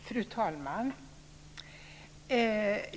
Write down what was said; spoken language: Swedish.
Fru talman!